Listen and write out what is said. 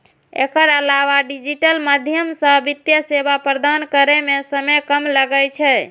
एकर अलावा डिजिटल माध्यम सं वित्तीय सेवा प्रदान करै मे समय कम लागै छै